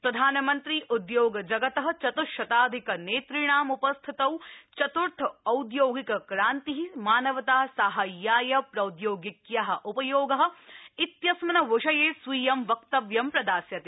प्रधानमन्त्री उद्योगजगत चतुश्शताधिक नेतृणाम् उपस्थितौ चतुर्थ औद्योगिकक्रान्ति मानवता साहाध्याय प्रौद्यौगिक्या उपयोग इत्यस्मिन् विषये स्वीयं वक्तव्यं प्रदास्यते